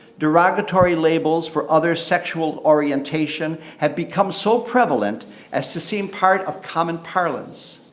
derogatory labels for other's sexual orientation have become so prevalent as to seem part of common parlance.